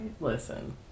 Listen